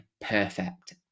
perfect